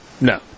No